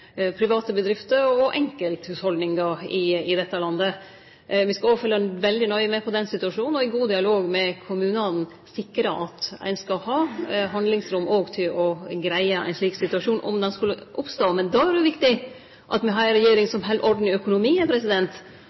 private bedrifter og enkelthushald i dette landet. Me skal òg følgje veldig nøye med på den situasjonen, og i god dialog med kommunane sikre at ein òg har handlingsrom til å greie ein slik situasjon, om han skulle oppstå. Då er det viktig at me har ei regjering som har orden i økonomien,